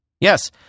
Yes